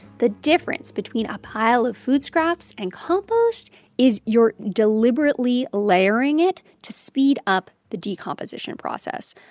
the difference between a pile of food scraps and compost is you're deliberately layering it to speed up the decomposition process.